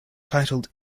titled